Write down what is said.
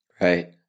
Right